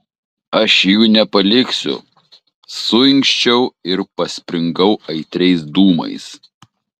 aš jų nepaliksiu suinkščiau ir paspringau aitriais dūmais